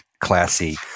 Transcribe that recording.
classy